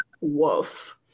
woof